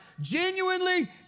genuinely